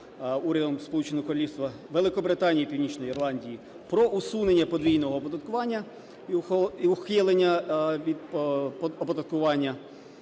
Урядом Сполученого Королівства Великобританії і Північної Ірландії про усунення подвійного оподаткування і ухилення від оподаткування